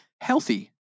healthy